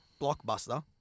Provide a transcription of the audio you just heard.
blockbuster